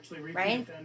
Right